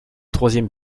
troisième